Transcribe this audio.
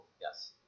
Yes